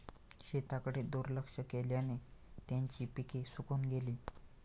शेताकडे दुर्लक्ष केल्याने त्यांची पिके सुकून गेली